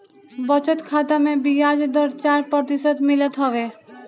बचत खाता में बियाज दर चार प्रतिशत मिलत हवे